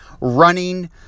running